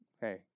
hey